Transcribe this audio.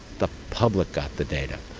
the public got the data,